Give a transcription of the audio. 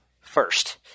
first